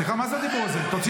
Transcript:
סליחה, מה זה הדיבור הזה?